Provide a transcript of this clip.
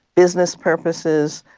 business purposes,